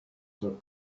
the